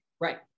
Right